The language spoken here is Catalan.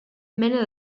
mena